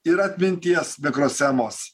ir atminties mikroschemos